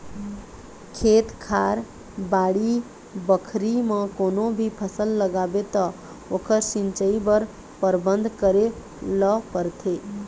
खेत खार, बाड़ी बखरी म कोनो भी फसल लगाबे त ओखर सिंचई बर परबंध करे ल परथे